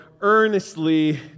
earnestly